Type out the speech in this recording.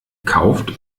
kauft